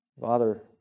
Father